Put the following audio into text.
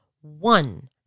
one